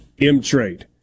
mtrade